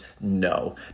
No